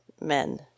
men